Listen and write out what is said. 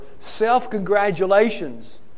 self-congratulations